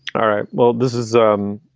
all right. well, this is. um